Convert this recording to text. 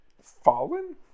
Fallen